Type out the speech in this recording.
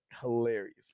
Hilarious